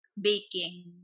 baking